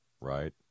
Right